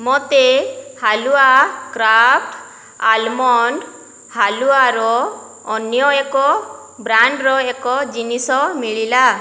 ମୋତେ halwa Kraft almond ହାଲୁଆର ଅନ୍ୟ ଏକ ବ୍ରାଣ୍ଡର ଏକ ଜିନିଷ ମିଳିଲା